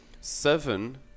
seven